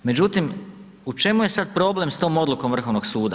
Međutim, u čemu je sada problem s tom odlukom Vrhovnog suda?